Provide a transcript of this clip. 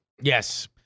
Yes